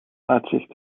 uitzicht